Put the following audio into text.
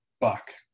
buck